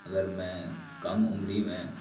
اگر میں کم عمری میں